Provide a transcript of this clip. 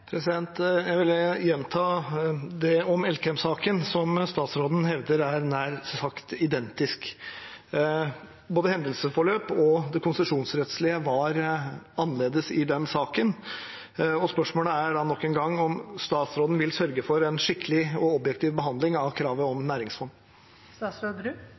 Jeg vil gjenta det om Elkem-saken, som statsråden hevder er nær sagt identisk. Både hendelsesforløp og det konsesjonsrettslige var annerledes i den saken. Spørsmålet er da nok en gang om statsråden vil sørge for en skikkelig og objektiv behandling av kravet